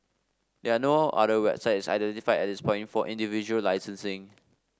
there are no other websites identified at this point for individual licensing